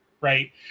right